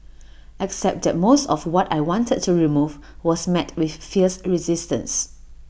except that most of what I wanted to remove was met with fierce resistance